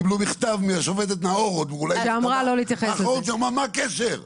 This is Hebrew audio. הם קיבלו מכתב מהשופטת נאור שאמר: מה הקשר בין זה לזה?